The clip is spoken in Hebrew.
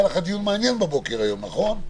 היה לך דיון מעניין בבוקר היום, נכון?